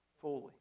fully